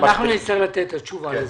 אנחנו נצטרך לתת את התשובה לזה,